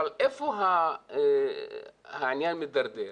איפה העניין מידרדר?